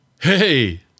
Hey